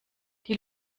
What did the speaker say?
die